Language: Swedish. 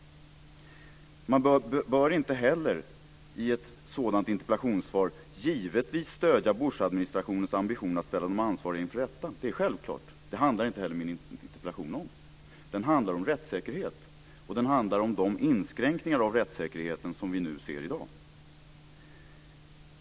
Man bör givetvis inte heller i ett sådant interpellationssvar stödja Bushadministrationens ambition att ställa de ansvariga inför rätta. Det är självklart - det handlar inte heller min interpellation om. Den handlar om rättssäkerhet och om de inskränkningar av rättssäkerheten som vi ser i dag.